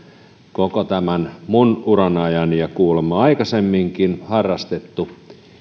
koko minun urani ajan ja kuulemma aikaisemminkin harrastettu